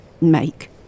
make